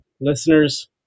Listeners